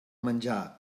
menjar